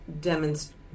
demonstrate